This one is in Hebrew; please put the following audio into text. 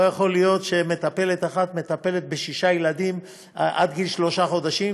לא יכול להיות שמטפלת אחת מטפלת בשישה ילדים עד גיל שלושה חודשים,